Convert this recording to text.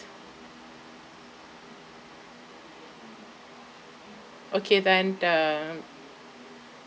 okay then the